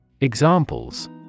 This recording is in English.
Examples